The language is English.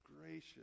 gracious